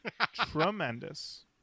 tremendous